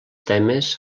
temes